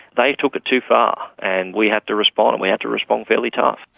they took it too far and we had to respond and we had to respond fairly tough.